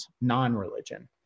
non-religion